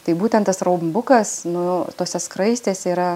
tai būtent tas rombukas nu tose skraistės yra